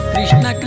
Krishna